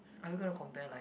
are you gonna compare like